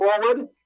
forward